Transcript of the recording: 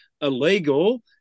illegal